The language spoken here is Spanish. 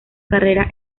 carrera